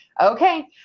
Okay